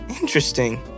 Interesting